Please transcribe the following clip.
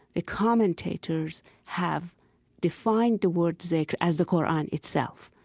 the commentators have defined the word zikr as the qur'an itself,